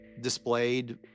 displayed